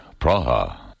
Praha